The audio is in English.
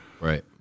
Right